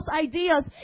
ideas